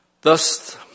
Thus